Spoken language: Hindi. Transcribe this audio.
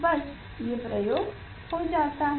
बस ये प्रयोग हो जाता है